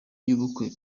y’ubukwe